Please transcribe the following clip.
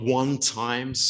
one-time